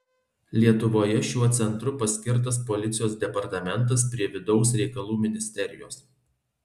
lietuvoje šiuo centru paskirtas policijos departamentas prie vidaus reikalų ministerijos